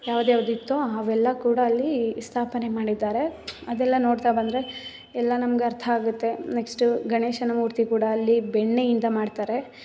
ಯಾವ್ದು ಯಾವುದಿತ್ತೋ ಅವೆಲ್ಲ ಕೂಡ ಅಲ್ಲಿ ಸ್ಥಾಪನೆ ಮಾಡಿದ್ದಾರೆ ಅದೆಲ್ಲ ನೋಡ್ತಾ ಬಂದರೆ ಎಲ್ಲ ನಮ್ಗೆ ಅರ್ಥ ಆಗುತ್ತೆ ನೆಕ್ಸ್ಟು ಗಣೇಶನ ಮೂರ್ತಿ ಕೂಡ ಅಲ್ಲಿ ಬೆಣ್ಣೆಯಿಂದ ಮಾಡ್ತಾರೆ